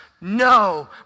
No